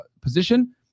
position